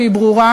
והיא ברורה,